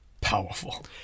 Powerful